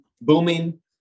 booming